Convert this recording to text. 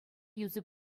йӗркелеме